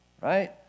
right